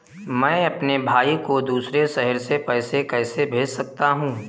मैं अपने भाई को दूसरे शहर से पैसे कैसे भेज सकता हूँ?